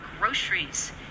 groceries